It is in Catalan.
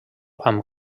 amb